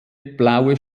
blaue